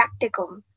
practicum